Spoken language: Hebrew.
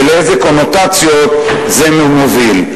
ולאילו קונוטציות זה מוביל.